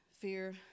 Fear